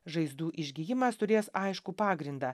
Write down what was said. žaizdų išgijimas turės aiškų pagrindą